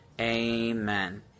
amen